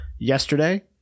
Yesterday